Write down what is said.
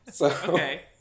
Okay